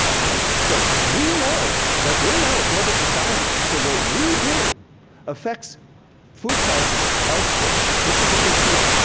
ok? so, we know that we're now ah global society. so what we do affects food prices elsewhere. this is a big deal.